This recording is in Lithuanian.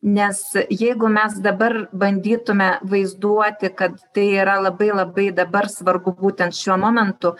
nes jeigu mes dabar bandytume vaizduoti kad tai yra labai labai dabar svarbu būtent šiuo momentu